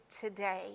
today